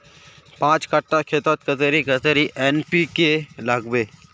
पाँच कट्ठा खेतोत कतेरी कतेरी एन.पी.के के लागबे?